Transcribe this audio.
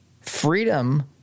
Freedom